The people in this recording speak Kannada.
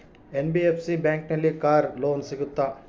ಎನ್.ಬಿ.ಎಫ್.ಸಿ ಬ್ಯಾಂಕಿನಲ್ಲಿ ಕಾರ್ ಲೋನ್ ಸಿಗುತ್ತಾ?